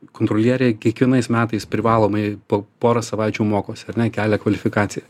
kontrolieriai kiekvienais metais privalomai po porą savaičių mokosi ar ne kelia kvalifikaciją